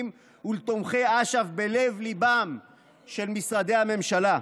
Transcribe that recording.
ולתומכי אש"ף בלב-ליבם של משרדי הממשלה.